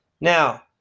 Now